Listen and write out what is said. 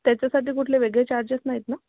त्याच्यासाठी कुठले वेगळे चार्जेस नाहीत ना